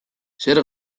zer